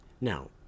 Now